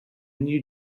new